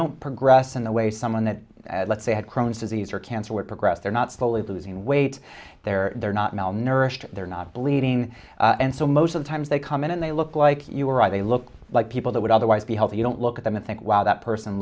don't progress in the way someone that let's say had crohn's disease or cancer would progress they're not fully losing weight they're not malnourished they're not bleeding and so most of the times they come in and they look like you or i they look like people that would otherwise be healthy you don't look at them and think wow that person